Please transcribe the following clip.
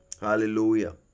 Hallelujah